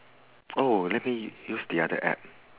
oh let me use the other app